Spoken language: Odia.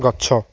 ଗଛ